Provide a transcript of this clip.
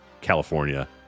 California